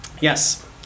yes